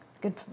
Good